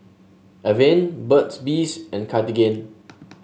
Avene Burt's Bees and Cartigain